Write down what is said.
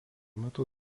metu